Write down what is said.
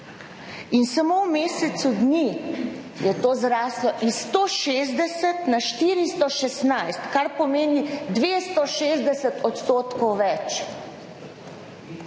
in samo v mesecu dni je to zraslo iz 160 na 416, kar pomeni 260 % več.